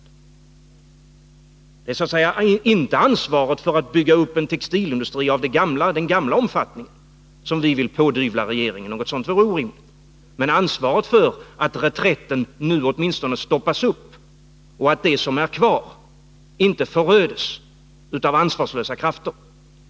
Det är så att säga inte ett ansvar för att bygga upp en textilindustri av den gamla omfattningen som vi vill pådyvla regeringen — något sådant vore orimligt — men ansvaret för att reträtten nu åtminstone stoppas och för att det som är kvar inte föröds av ansvarslösa krafter.